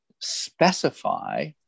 specify